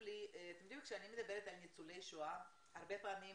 כשאני מדברת על ניצולי שואה הרבה פעמים